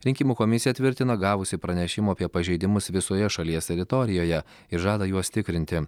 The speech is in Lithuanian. rinkimų komisija tvirtina gavusi pranešimų apie pažeidimus visoje šalies teritorijoje ir žada juos tikrinti